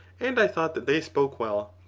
and i thought that they spoke well,